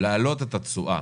להעלות את התשואה,